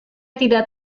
tidak